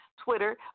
Twitter